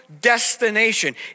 destination